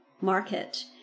market